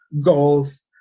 goals